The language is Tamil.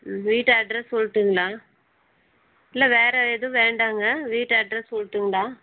வீட்டு அட்ரஸ் சொல்ட்டுங்களா இல்லை வேறு எதுவும் வேண்டாம்ங்க வீட்டு அட்ரஸ் சொல்ட்டுங்களா